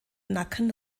nacken